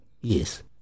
Yes